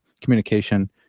communication